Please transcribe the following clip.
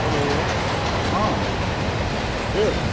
हलो अँ हजुर